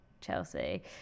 Chelsea